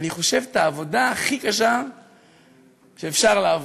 אני חושב, בעבודה הכי קשה שאפשר לעבוד.